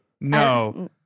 No